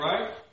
right